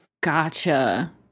Gotcha